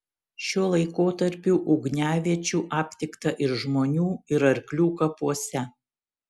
šiuo laikotarpiu ugniaviečių aptikta ir žmonių ir arklių kapuose